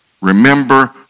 Remember